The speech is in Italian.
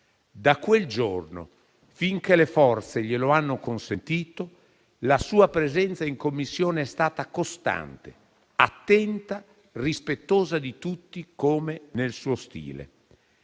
Da quel giorno, finché le forze glielo hanno consentito, la sua presenza in Commissione è stata costante, attenta, rispettosa di tutti, come nel suo stile.